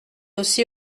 aussi